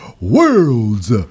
worlds